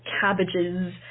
cabbages